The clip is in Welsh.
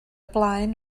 blaen